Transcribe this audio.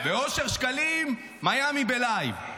ואושר שקלים, מיאמי בלייב.